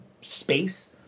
space